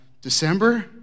December